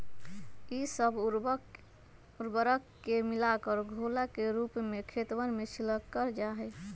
ई सब उर्वरक के मिलाकर घोला के रूप में खेतवन में छिड़कल जाहई